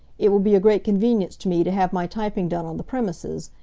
it will be a great convenience to me to have my typing done on the premises,